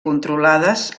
controlades